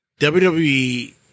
WWE